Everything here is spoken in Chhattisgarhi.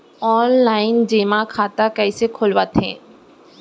ऑनलाइन जेमा खाता कइसे खोलवाथे?